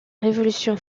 révolution